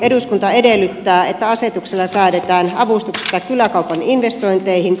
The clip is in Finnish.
eduskunta edellyttää että asetuksella säädetään avustuksesta kyläkaupan investointeihin